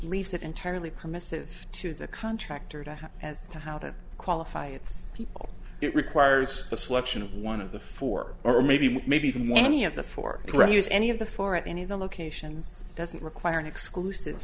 leaves it entirely permissive to the contractor to have as to how to qualify its people it requires a selection of one of the four or maybe maybe even one any of the four refuse any of the four at any of the locations doesn't require an exclusive